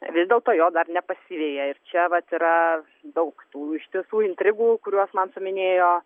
vis dėlto jo dar nepasiveja ir čia vat yra daug tų iš tiesų intrigų kuriuos man suminėjo